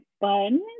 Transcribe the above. fun